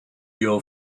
your